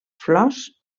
flors